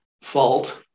fault